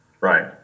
Right